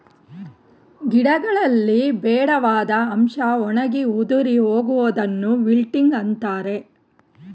ಗಿಡಗಳಲ್ಲಿ ಬೇಡವಾದ ಅಂಶ ಒಣಗಿ ಉದುರಿ ಹೋಗುವುದನ್ನು ವಿಲ್ಟಿಂಗ್ ಅಂತರೆ